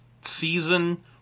season